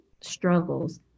struggles